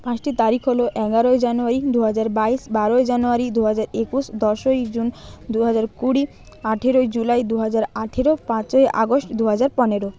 পাঁচটি তারিখ হল এগারোই জানুয়ারি দু হাজার বাইশ বারোই জানুয়ারি দু হাজার একুশ দশই জুন দু হাজার কুড়ি আঠেরোই জুলাই দু হাজার আঠেরো পাঁচই আগস্ট দু হাজার পনেরো